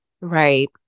Right